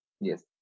Yes